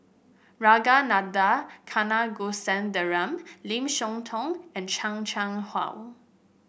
Ragunathar Kanagasuntheram Lim Siah Tong and Chan Chang How